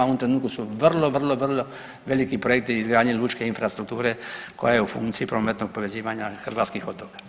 U ovom trenutku su vrlo, vrlo veliki projekti izgradnje lučke infrastrukture koja je u funkciji prometnog povezivanja hrvatskih otoka.